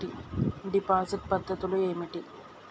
Deposit పద్ధతులు ఏమిటి?